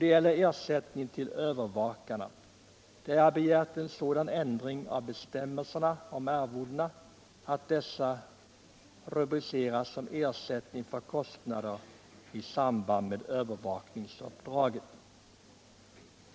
Det gäller ersättningen till övervakarna, och jag har begärt en sådan ändring av bestämmelserna om arvodena att dessa rubriceras som ersättning för kostnader i samband med övervakningsuppdraget.